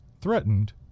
threatened